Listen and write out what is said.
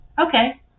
okay